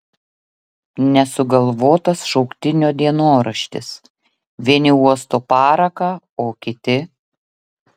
nesugalvotas šauktinio dienoraštis vieni uosto paraką o kiti